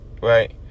right